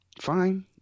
Fine